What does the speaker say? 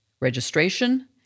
registration